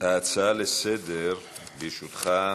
להצעה לסדר-היום.